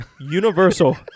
Universal